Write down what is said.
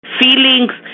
feelings